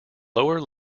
lower